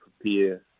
prepare